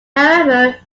however